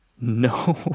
No